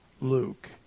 Luke